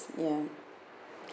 ya